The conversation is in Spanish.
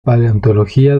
paleontología